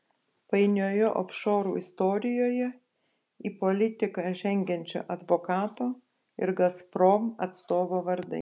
painioje ofšorų istorijoje į politiką žengiančio advokato ir gazprom atstovo vardai